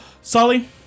sully